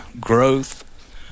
growth